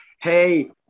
hey